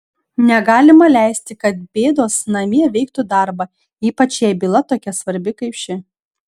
negalima leisti kad bėdos namie veiktų darbą ypač jei byla tokia svarbi kaip ši